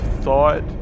thought